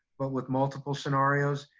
but with multiple scenarios,